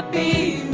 a